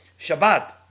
Shabbat